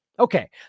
Okay